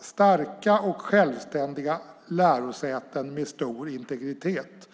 starka och självständiga lärosäten med stor integritet.